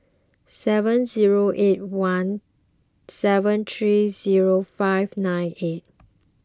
seven zero eight one seven three zero five nine eight